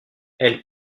elles